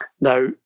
Now